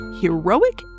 Heroic